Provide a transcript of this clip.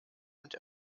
und